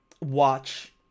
watch